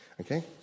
Okay